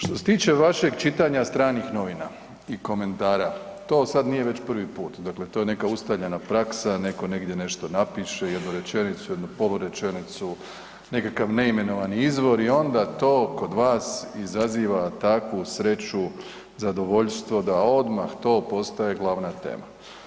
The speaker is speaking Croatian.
Što se tiče vašeg čitanja stranih novina i komentara, to sad nije već prvi put, dakle to je neka ustaljena praksa, netko negdje nešto napiše, jednu rečenicu, jednu polurečenicu, nekakav neimenovani izvor i onda to kod vas izaziva takvu sreću, zadovoljstvo da odmah to postaje glavna tema.